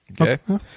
Okay